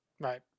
right